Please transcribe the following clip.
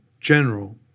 general